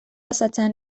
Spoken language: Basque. osatzean